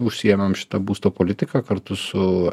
užsiėmam šita būsto politika kartu su